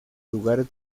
lugares